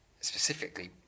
specifically